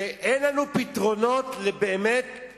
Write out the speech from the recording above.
ואין לנו באמת פתרונות לזוגות